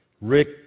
Rick